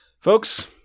Folks